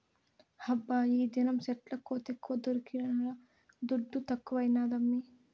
హబ్బా ఈదినం సెట్ల కోతెక్కువ దొరికిన దుడ్డు తక్కువైనాదమ్మీ